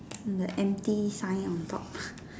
the empty sign on top